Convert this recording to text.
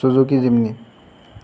Suzuki Jimny